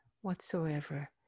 whatsoever